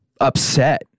upset